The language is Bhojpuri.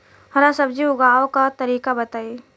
हरा सब्जी उगाव का तरीका बताई?